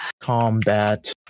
Combat